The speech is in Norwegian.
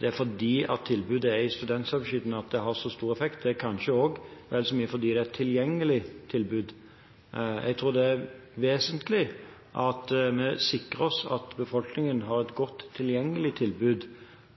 det er fordi tilbudet er i studentsamskipnaden, at det har så stor effekt. Det er kanskje vel så mye fordi det er et tilgjengelig tilbud. Jeg tror det er vesentlig at vi sikrer at befolkningen har et lett tilgjengelig tilbud,